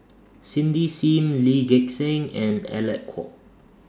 Cindy SIM Lee Gek Seng and Alec Kuok